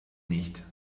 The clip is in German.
nicht